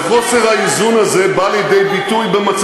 חוסר איזון, אולי תסביר הזכויות של מי.